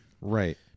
Right